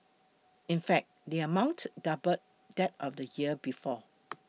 in fact the amount doubled that of the year before